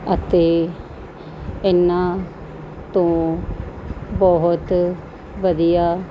ਅਤੇ ਇਹਨਾਂ ਤੋਂ ਬਹੁਤ ਵਧੀਆ